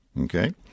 Okay